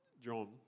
John